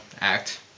act